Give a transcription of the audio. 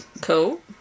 cool